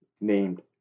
named